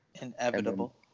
Inevitable